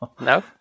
No